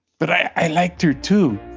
but i liked her, too